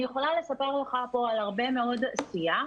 אני יכולה לספר לך פה על הרבה מאוד עשייה.